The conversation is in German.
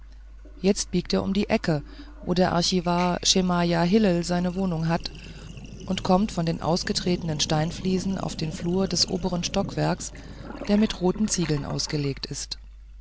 jetzt biegt er um die ecke wo der archivar schemajah hillel seine wohnung hat und kommt von den ausgetretenen steinfliesen auf den flur des oberen stockwerkes der mit roten ziegeln ausgelegt ist